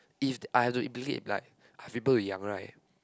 if I have to like I've people to young right